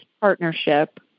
partnership